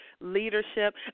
Leadership